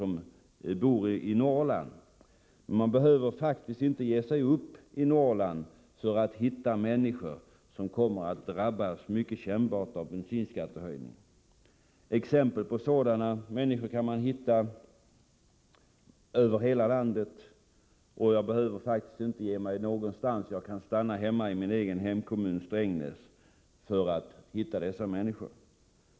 Men vi behöver faktiskt inte ge oss upp till Norrland för att hitta människor som kommer att drabbas mycket kännbart av bensinskattehöjningen. Sådana människor kan vi hitta över hela landet. Jag behöver faktiskt inte ge mig iväg någonstans, utan kan stanna i min egen hemkommun Strängnäs.